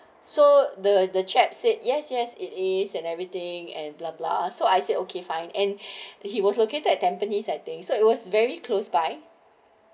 so the the chap said yes yes it is and everything and blah blah so I said okay fine and then he was located at tam pines at thing so it was very close by